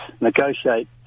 negotiate